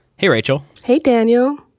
hey, rachel. hey, daniel.